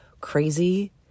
crazy